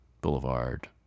Boulevard